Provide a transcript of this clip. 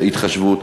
התחשבות,